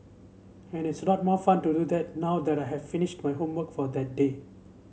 and it's a lot more fun to do that now that I have finished my homework for that day